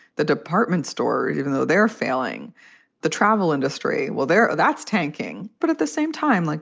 the department stores, even though they're failing the travel industry, well, they're that's tanking. but at the same time, like,